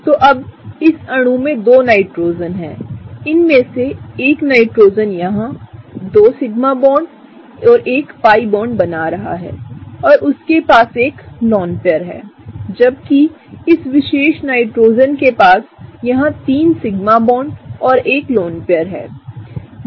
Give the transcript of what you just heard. तो अब इसअणु में दो नाइट्रोजन हैं इनमें से एक नाइट्रोजन यहाँ 2 सिग्मा बॉन्ड 1 pi बॉन्ड बना रहा है और उसके पास एक लोन पेयर है जबकि इस विशेष नाइट्रोजन के पास यहाँ 3 सिग्मा बॉन्ड और एक लोन पेयर हैं